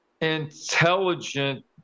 intelligent